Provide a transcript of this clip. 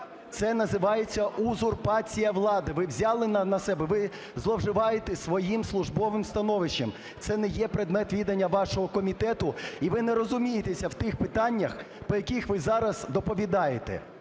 Це називається узурпація влади. Ви взяли на себе, ви зловживаєте своїм службовим становищем. Це не є предмет відання вашого комітету, і ви не розумієтеся в тих питаннях, по яких ви зараз доповідаєте.